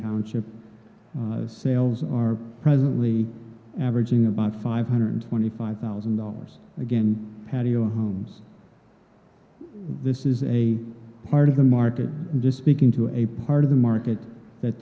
town chip sales are presently averaging about five hundred twenty five thousand dollars again patio homes this is a part of the market and to speak into a part of the market that